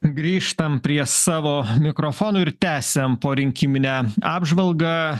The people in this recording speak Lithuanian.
grįžtam prie savo mikrofonų ir tęsiam porinkiminę apžvalgą